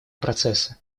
процесса